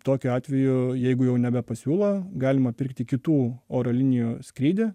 tokiu atveju jeigu jau nebepasiūlo galima pirkti kitų oro linijų skrydį